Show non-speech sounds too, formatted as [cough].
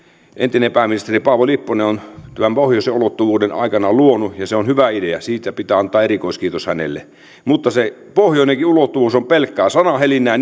entinen pääministeri paavo lipponen on tämän pohjoisen ulottuvuuden aikana luonut idean ja se on hyvä idea siitä pitää antaa erikoiskiitos hänelle mutta se pohjoinenkin ulottuvuus on pelkkää sanahelinää [unintelligible]